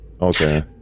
Okay